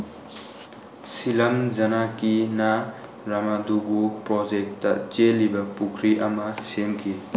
ꯁꯤꯂꯝ ꯖꯅꯥꯀꯤꯅ ꯔꯃꯥꯗꯨꯒꯨ ꯄ꯭ꯔꯣꯖꯦꯛꯇ ꯆꯦꯜꯂꯤꯕ ꯄꯨꯈ꯭ꯔꯤ ꯑꯃ ꯁꯦꯝꯈꯤ